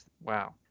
Wow